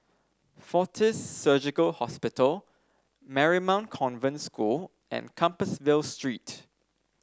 Fortis Surgical Hospital Marymount Convent School and Compassvale Street